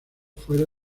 fuera